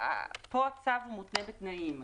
פה הצו מותנה בתנאים.